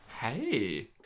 Hey